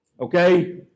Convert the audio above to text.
Okay